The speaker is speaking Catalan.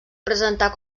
presentar